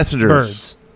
birds